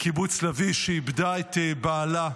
מקיבוץ לביא, שאיבדה את בעלה,